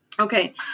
Okay